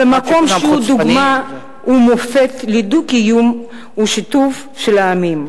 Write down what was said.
למקום שהוא דוגמה ומופת לדו-קיום ושיתוף של העמים.